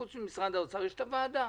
וחוץ ממשרד האוצר ישנה גם הוועדה.